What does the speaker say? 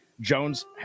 jones